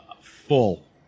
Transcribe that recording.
full